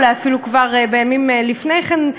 אולי אפילו כבר בימים לפני כן,